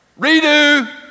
Redo